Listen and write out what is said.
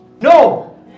No